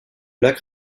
lac